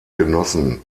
genossen